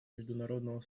международного